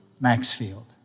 Maxfield